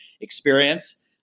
experience